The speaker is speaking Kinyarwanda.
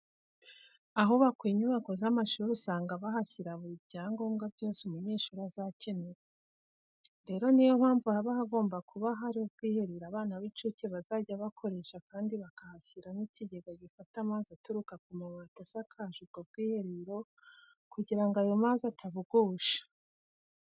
Ahubakwa inyubako z'amashuri usanga bahashyira buri byangombwa byose umunyeshuri azakenera. Rero ni yo mpamvu haba hagomba kuba hari ubwiherero abana b'incuke bazajya bakoresha kandi bakahashyira n'ikigega gifata amazi aturuka ku mabati asakaje ubwo bwiherero kugira ngo ayo mazi atabugusha.